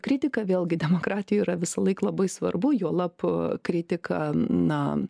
kritika vėlgi demokratijoj yra visąlaik labai svarbu juolab kritika na